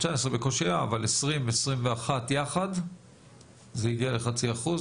2019 בקושי היה אבל 2020 ו-2021 יחד זה הגיע ל-0.5%,